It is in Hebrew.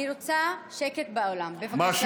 אני רוצה שקט באולם, בבקשה.